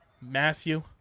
Matthew